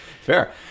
fair